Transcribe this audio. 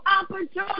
opportunity